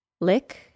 Lick